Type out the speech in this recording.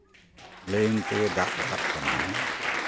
line ᱛᱮ ᱫᱟᱜ ᱨᱟᱠᱟᱵ ᱠᱟᱱᱟ ᱦᱮᱸ